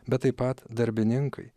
bet taip pat darbininkai